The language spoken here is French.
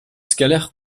scalaire